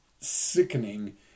sickening